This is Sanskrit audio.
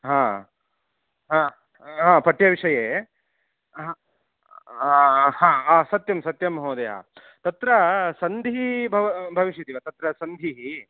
पठ्यविषये सत्यं सत्यं महोदय तत्र सन्धिः भव भविष्यति वा तत्र सन्धिः